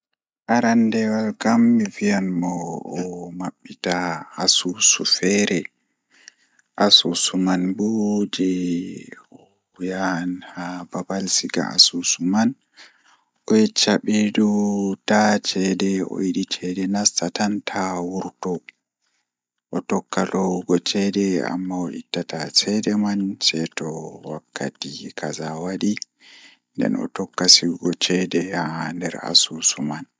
Aranndewol kam mi wiyan mo nda asuusu feere asuusu man bo jei Wala mo yi'ata babal siga man o yecca ɓe nda oyidi ceede tan tokka nastugo taa o wurto o tokka lowugo ceede man anna ittugo bo de''iti wakkati kaza waɗi nden o tokka sigugo ceede haa nder asuusu man.